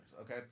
okay